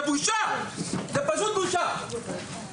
זה פשוט בושה.